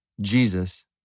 Jesus